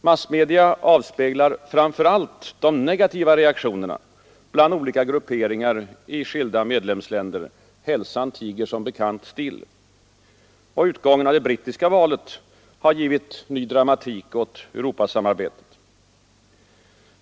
Massmedia avspeglar framför allt de negativa reaktionerna bland olika grupperingar i skilda medlemsländer. Hälsan tiger som bekant still. Och utgången av det brittiska valet har givit ny dramatik åt Europasamarbetet.